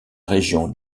région